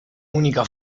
unica